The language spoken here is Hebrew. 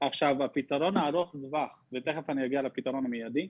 הפתרון ארוך הטווח, ותכף אגיע לפתרון המיידי,